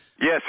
Yes